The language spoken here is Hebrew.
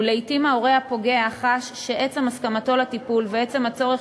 ולעתים ההורה הפוגע חש שעצם הסכמתו לטיפול ועצם הצורך